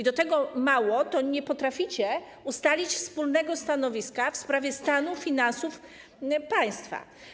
Mało tego, nie potraficie ustalić wspólnego stanowiska w sprawie stanu finansów państwa.